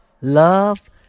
love